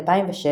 2006,